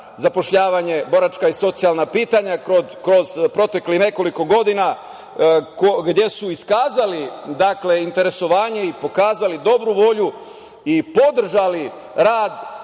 zapošljavanje, boračka i socijalna pitanja kroz proteklih nekoliko godina, gde su iskazali interesovanje i pokazali dobru volju i podržali rad